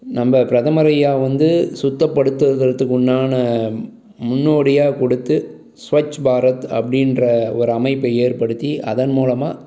நம்ப பிரதமர் ஐயா வந்து சுத்தப்படுத்துறதறத்துக்குண்டான முன்னோடியாக கொடுத்து சுவச் பாரத் அப்படின்ற ஒரு அமைப்பை ஏற்படுத்தி அதன் மூலமாக